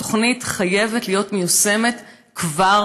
התוכנית חייבת להיות מיושמת כבר